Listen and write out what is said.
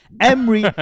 Emery